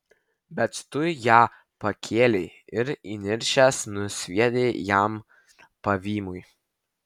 bet tu ją pakėlei ir įniršęs nusviedei jam pavymui